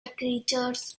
creatures